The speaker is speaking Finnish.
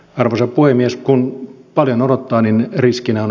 arvoisa puhemies kun paljon odottaa niin riskinä on